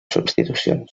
substitucions